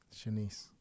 Shanice